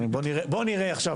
אומרים בואו נראה עכשיו,